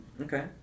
Okay